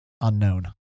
unknown